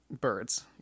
birds